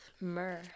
myrrh